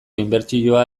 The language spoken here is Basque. inbertsioa